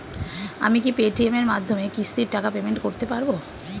আমি কি Paytm এর মাধ্যমে কিস্তির টাকা পেমেন্ট করতে পারব?